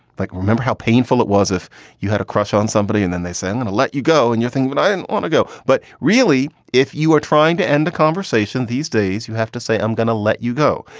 like, remember how painful it was if you had a crush on somebody and then they send and let you go and you think. but i didn't want to go. but really, if you are trying to end the conversation these days, you have to say, i'm going to let you go.